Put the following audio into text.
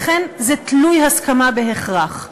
לכן זה תלוי-הסכמה בהכרח.